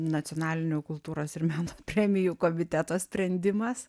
nacionalinių kultūros ir meno premijų komiteto sprendimas